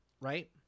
Right